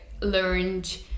learned